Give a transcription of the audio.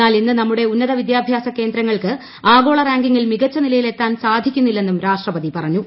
എന്നാൽ ഇന്ന് നമ്മുടെ ഉന്നതവിദ്യാഭ്യാസ കേന്ദ്രങ്ങൾക്ക് ആഗ്ലോള റാങ്കിംഗിൽ മികച്ച നിലയിലെത്താൻ സാധിക്കുന്നില്ലെന്നൂർ രാീഷ്ടപതി പറഞ്ഞു